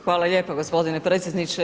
Hvala lijepa g. predsjedniče.